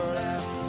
last